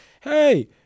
hey